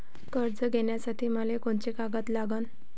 कर्ज घ्यासाठी मले कोंते कागद लागन?